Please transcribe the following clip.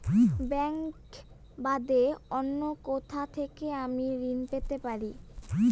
Bank বাদে অন্য কোথা থেকে আমি ঋন পেতে পারি?